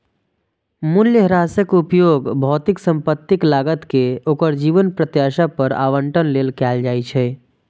मूल्यह्रासक उपयोग भौतिक संपत्तिक लागत कें ओकर जीवन प्रत्याशा पर आवंटन लेल कैल जाइ छै